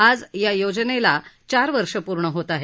आज या योजनेला चार वर्ष पूर्ण होत आहेत